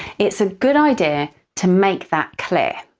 it's a good idea to make that clear.